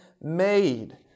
made